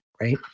right